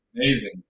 Amazing